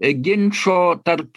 ginčo tarp